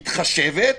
מתחשבת,